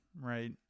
right